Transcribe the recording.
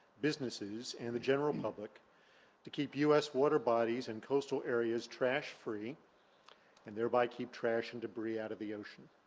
businesses and the general public to keep u s. water bodies and coastal areas trash free and thereby keep trash and debris out of the ocean.